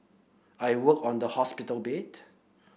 I worked on the hospital bed